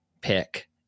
pick